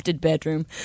bedroom